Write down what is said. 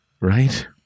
right